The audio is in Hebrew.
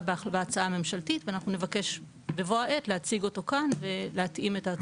בהצעה הממשלתית ואנחנו נבקש בבוא העת להציג אותו כאן ולהתאים את ההצעות.